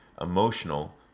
emotional